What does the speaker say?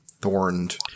thorned